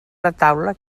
retaule